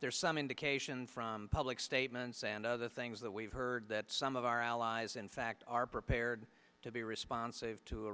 there's some indication from public statements and other things that we've heard that some of our allies in fact are prepared to be responsive to a